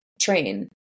Train